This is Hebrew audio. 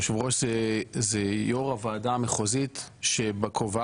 יושב הראש הוא יו"ר הוועדה המחוזית שבכובעה